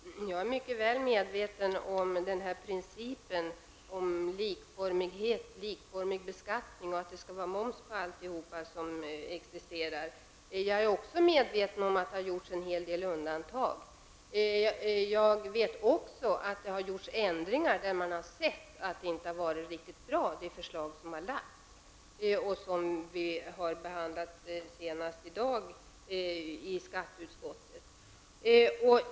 Herr talman! Jag är mycket väl medveten om principen om likformig beskattning och att det skall tas ut moms på alla varor och tjänster. Men jag är också medveten om att det har gjorts en hel del undantag. Jag vet vidare att det har gjorts ändringar när man har sett att de förslag som lagts fram inte varit riktigt bra. En sådan har vi behandlat senast i dag i skatteutskottet.